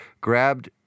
grabbed